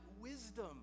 wisdom